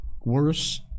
worse